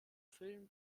film